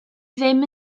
ddim